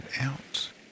out